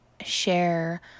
share